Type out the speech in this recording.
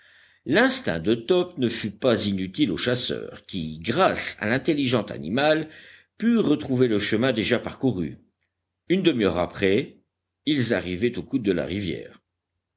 l'instinct de top ne fut pas inutile aux chasseurs qui grâce à l'intelligent animal purent retrouver le chemin déjà parcouru une demi-heure après ils arrivaient au coude de la rivière